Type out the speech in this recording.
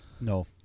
No